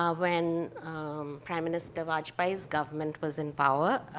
ah when prime minister vajpayee's government was in power,